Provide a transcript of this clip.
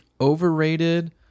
Overrated